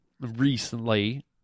recently